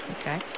Okay